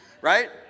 Right